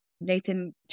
Nathan